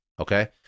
okay